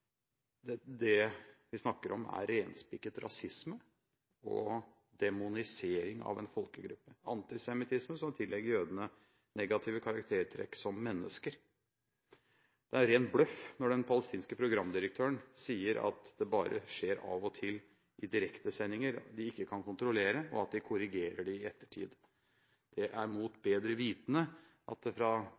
det vi snakker om, er renspikket rasisme og demonisering av en folkegruppe – antisemittisme, som tillegger jødene negative karaktertrekk som mennesker. Det er ren bløff når den palestinske programdirektøren sier at det bare skjer av og til i direktesendinger de ikke kan kontrollere, og at de korrigerer det i ettertid. Det er mot bedre vitende at det fra